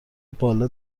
بالا